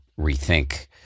rethink